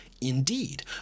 Indeed